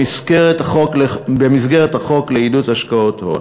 במסגרת החוק לעידוד השקעות הון.